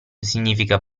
significa